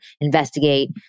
Investigate